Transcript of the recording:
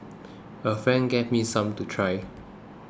a friend gave me some to try